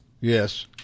Yes